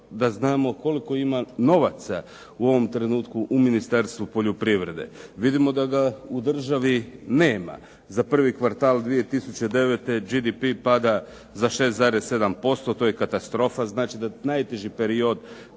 da znamo koliko ima novaca u ovom trenutku u Ministarstvu poljoprivrede. Vidimo da ga u državi nema za prvi kvartal 2009. GDP pada za 6,7%, to je katastrofa, znači da najteži period